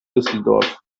düsseldorf